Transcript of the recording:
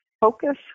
focus